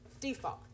Default